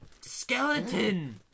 skeleton